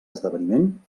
esdeveniment